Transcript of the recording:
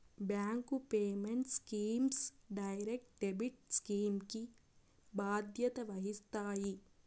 bank payment schemes direct debit scheme కి బాధ్యత వహిస్తాయి